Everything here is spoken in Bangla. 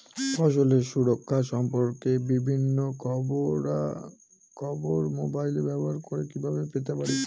ফসলের সুরক্ষা সম্পর্কে বিভিন্ন খবরা খবর মোবাইল ব্যবহার করে কিভাবে পেতে পারি?